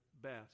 best